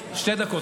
עוד שתי דקות,